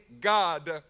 God